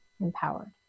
empowered